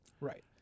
Right